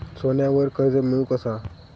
सोन्यावर कर्ज मिळवू कसा?